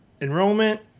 enrollment